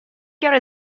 chiaro